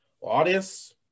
Audience